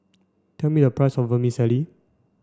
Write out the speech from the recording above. tell me a price of Vermicelli